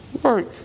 work